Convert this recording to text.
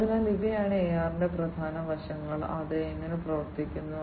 അതിനാൽ ഇവയാണ് AR ന്റെ പ്രധാന വശങ്ങൾ അത് എങ്ങനെ പ്രവർത്തിക്കുന്നു